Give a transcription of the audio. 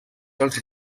els